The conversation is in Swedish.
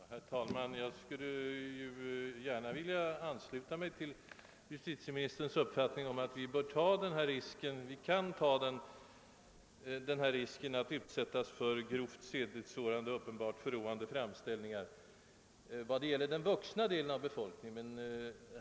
Herr talman! Jag skulle nästan kunna ansluta mig till justitieministerns uppfattning att vi i yttrandefrihetens namn bör ta risken att utsättas för grovt sedlighetssårande och uppenbart förråande framställning, nämligen i vad gäller den vuxna delen av befolkningen.